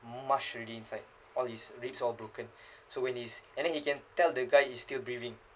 mashed already inside all his ribs all broken so when he's and then he can tell the guy is still breathing